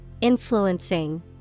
influencing